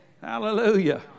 Hallelujah